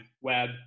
web